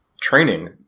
training